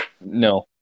No